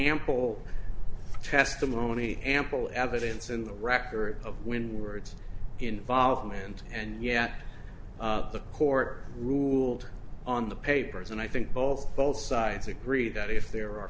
mple testimony ample evidence in the record of when words involvement and yet the court ruled on the papers and i think both both sides agree that if there are